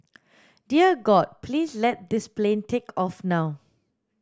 dear God please let this plane take off now